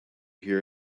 hear